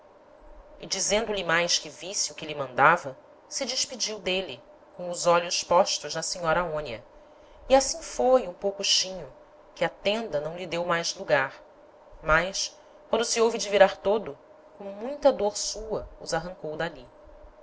e dizendo-lhe mais que visse o que lhe mandava se despediu d'êle com os olhos postos na senhora aonia e assim foi um poucochinho que a tenda não lhe deu mais lugar mas quando se houve de virar todo com muita dôr sua os arrancou d'ali